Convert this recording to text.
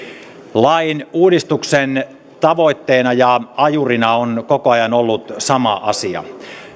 lain uudistuksen tavoitteena ja ajurina on koko ajan ollut sama asia